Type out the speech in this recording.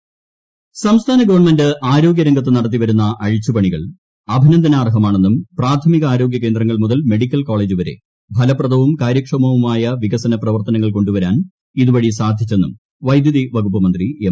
മണി ആരോഗ്യരംഗത്ത് നടത്തിവരുന്ന സംസ്ഥാന ഗവൺമെന്റ് അഴിച്ചുപണികൾ അഭിനന്ദനാർഹമാണെന്നും പ്രാഥമികാരോഗ്യ കേന്ദ്രങ്ങൾ മുതൽ മെഡിക്കൽ കോളേജ് വരെ ഫലപ്രദവും കാര്യക്ഷമവുമായ വികസന പ്രവർത്തനങ്ങൾ കൊണ്ടുവരാൻ ഇതുവഴി സാധിച്ചെന്നും വൈദ്യുതി വകുപ്പ് മന്ത്രി എം